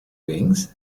wings